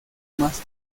más